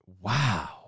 Wow